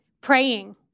praying